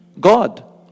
God